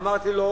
אמרתי לו: